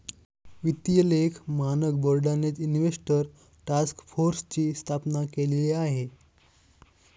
वित्तीय लेख मानक बोर्डानेच इन्व्हेस्टर टास्क फोर्सची स्थापना केलेली आहे